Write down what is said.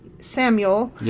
Samuel